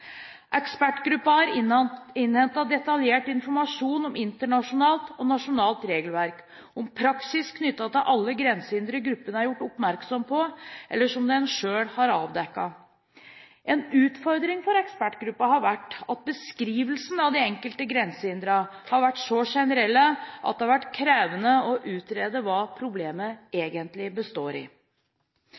har innhentet detaljert informasjon om internasjonalt og nasjonalt regelverk og om praksis knyttet til alle grensehindre gruppen er gjort oppmerksom på, eller som den selv har avdekket. En utfordring for ekspertgruppen har vært at beskrivelsen av de enkelte grensehindrene har vært så generelle at det har vært krevende å utrede hva problemet egentlig består i.